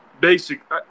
basic